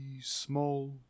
small